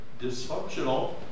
dysfunctional